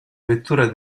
vettura